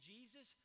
Jesus